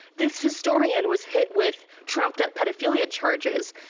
this historian was hit with trumped up pedophilia charges,